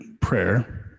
prayer